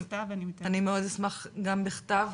אניי מאוד אשמח גם בכתב,